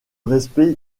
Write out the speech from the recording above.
respect